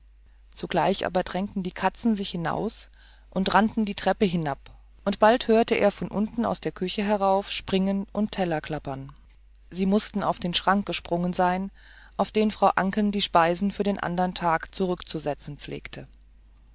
zugleich aber drängten die katzen sich hinaus und rannten die treppe hinab und bald hörte er von unten aus der küche herauf springen und tellergeklapper sie mußten auf den schrank gesprungen sein auf den frau anken die speisen für den andern tag zurückzusetzen pflegte